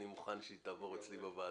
אני מוכן שהיא תעבור אצלי בוועדה.